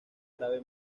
árabe